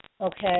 okay